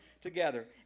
together